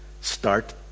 start